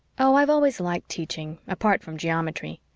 oh, i've always liked teaching, apart from geometry.